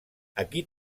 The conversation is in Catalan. aquí